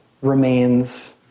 remains